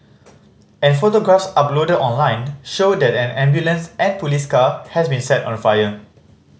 and photographs uploaded online show that an ambulance and police car has been set on fire